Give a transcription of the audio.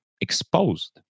exposed